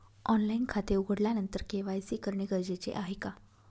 Online खाते उघडल्यानंतर KYC करणे गरजेचे आहे का?